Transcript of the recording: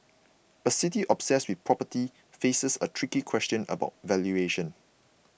a city obsessed with property faces a tricky question about valuation